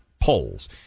polls